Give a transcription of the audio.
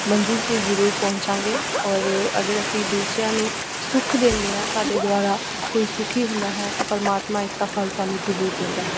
ਮੰਜ਼ਿਲ 'ਤੇ ਜ਼ਰੂਰ ਪਹੁੰਚਾਂਗੇ ਔਰ ਅਗਰ ਅਸੀਂ ਦੂਸਰਿਆਂ ਨੂੰ ਸੁੱਖ ਦਿੰਦੇ ਹਾਂ ਸਾਡੇ ਦੁਆਰਾ ਕੋਈ ਸੁਖੀ ਹੁੰਦਾ ਹੈ ਤਾਂ ਪਰਮਾਤਮਾ ਇਸਦਾ ਫਲ ਸਾਨੂੰ ਜ਼ਰੂਰ ਦਿੰਦਾ ਹੈ